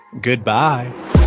Goodbye